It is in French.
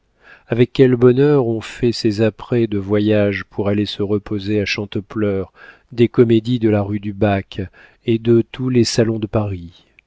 avec quel bonheur on fait ses apprêts de voyage pour aller se reposer à chantepleurs des comédies de la rue du bac et de tous les salons de paris